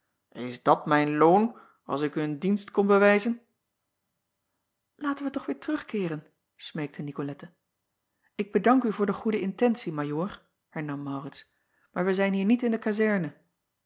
is dat mijn loon als ik u een dienst kom bewijzen aten wij toch weêr terugkeeren smeekte icolette k bedank u voor de goede intentie ajoor hernam aurits maar wij zijn hier niet in de kazerne